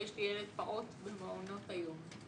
ויש לי ילד פעוט במעונות היום.